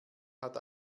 hat